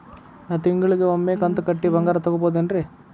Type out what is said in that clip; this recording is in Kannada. ನಾ ತಿಂಗಳಿಗ ಒಮ್ಮೆ ಕಂತ ಕಟ್ಟಿ ಬಂಗಾರ ತಗೋಬಹುದೇನ್ರಿ?